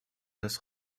das